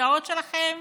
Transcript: בכיסאות שלכם